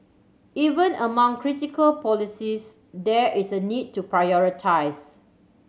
even among critical policies there is a need to prioritise